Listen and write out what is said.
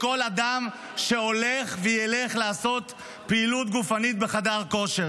לכל אדם שהולך וילך לעשות פעילות גופנית בחדר כושר.